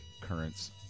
currents